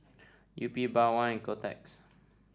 Yupi Bawang and Kotex